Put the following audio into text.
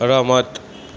રમત